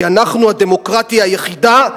כי אנחנו הדמוקרטיה היחידה,